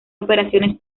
operaciones